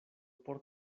por